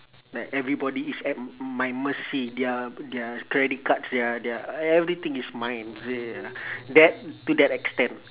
that everybody is at m~ my mercy their their credit cards their their everything is mine their that to that extent